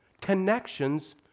connections